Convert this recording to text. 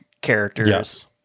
characters